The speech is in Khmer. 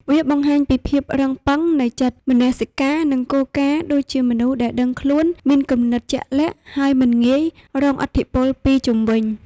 វាបង្ហាញពីភាពរឹងប៉ឹងនៃចិត្ត មនសិការ និងគោលការណ៍ ដូចជាមនុស្សដែលដឹងខ្លួន មានគំនិតជាក់លាក់ ហើយមិនងាយរងឥទ្ធិពលពីជុំវិញ។